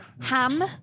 ham